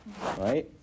Right